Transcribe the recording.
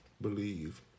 believe